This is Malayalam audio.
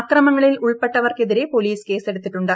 അക്രമങ്ങളിൽ ഉൾപ്പെട്ടവർക്കെതിരെ പൊലീസ് കേസെടുത്തിട്ടുണ്ട്